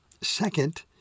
Second